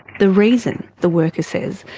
the reason, the worker says,